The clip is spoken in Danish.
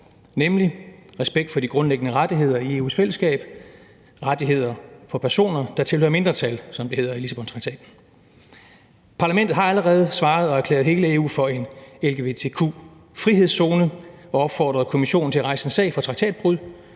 nemlig respekt for de grundlæggende rettigheder i EU's fællesskab og rettigheder for personer, der tilhører mindretal, som det hedder i Lissabontraktaten. Parlamentet har allerede svaret og erklæret hele EU for en lgbtq-frihedszone og opfordret Kommissionen til at rejse en sag for traktatbrud,